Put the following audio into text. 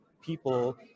people